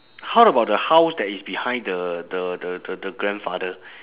how about the house that is behind the the the the the grandfather